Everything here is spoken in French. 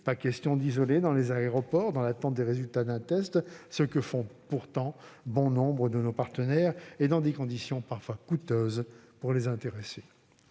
pas question d'isoler dans les aéroports en attendant les résultats d'un test, alors même que bon nombre de nos partenaires le font, dans des conditions parfois coûteuses pour les intéressés.